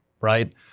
right